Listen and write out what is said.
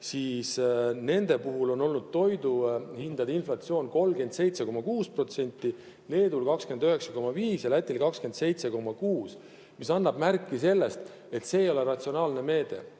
Näiteks Ungaris on olnud toiduhindade inflatsioon 37,6%, Leedul 29,5% ja Lätil 27,6%, mis annab märku sellest, et see ei ole ratsionaalne meede.